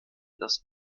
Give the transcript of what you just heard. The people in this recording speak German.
das